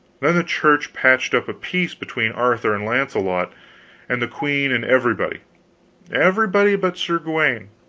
then the church patched up a peace between arthur and launcelot and the queen and everybody everybody but sir gawaine.